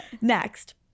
next